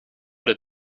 that